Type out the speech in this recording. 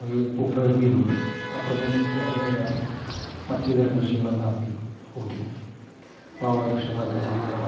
ഒരു ഭൂപ്രകൃതിയിലുണ്ട് ആ പ്രദേശത്ത് പറഞ്ഞു കഴിഞ്ഞാൽ മറ്റു വേറെ കൃഷികൾ കാപ്പി പൊടി ഉള്ള കൃഷികളൊക്കെ ചെയ്യുകയാണ്